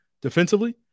defensively